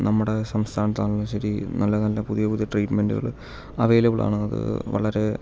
നമ്മുടെ സംസ്ഥാനത്ത് ആണെങ്കിലും ശരി നല്ല നല്ല പുതിയ പുതിയ ട്രീറ്റ്മെൻറ്റുകൾ അവൈലബിൾ ആണ് അത് വളരെ